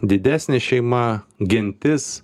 didesnė šeima gentis